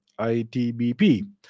ITBP